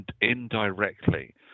indirectly